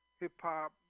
hip-hop